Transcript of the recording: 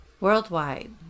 worldwide